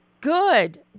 Good